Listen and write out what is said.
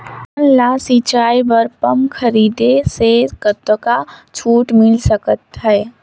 हमन ला सिंचाई बर पंप खरीदे से कतका छूट मिल सकत हे?